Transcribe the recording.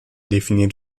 definiert